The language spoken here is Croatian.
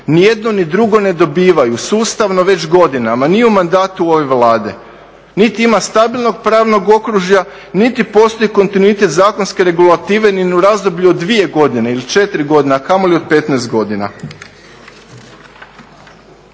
jedno niti drugo ne dobivaju sustavno već godinama ni u mandatu ove Vlade. Niti ima stabilnog pravnog okružja niti postoji kontinuitet zakonske regulativne ni u razdoblju od 2 godine ili 4 godine a kamoli od 15 godina.